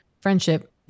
friendship